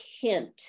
hint